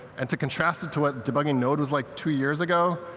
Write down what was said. and to contrast it to what debugging node was like two years ago.